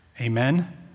Amen